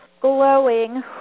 glowing